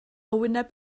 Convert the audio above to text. wyneb